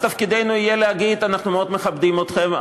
אז תפקידנו יהיה להגיד: אנחנו מאוד מכבדים אתכם,